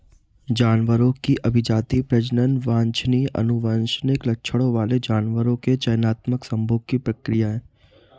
जानवरों की अभिजाती, प्रजनन वांछनीय आनुवंशिक लक्षणों वाले जानवरों के चयनात्मक संभोग की प्रक्रिया है